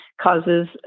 causes